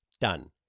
Done